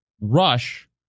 rush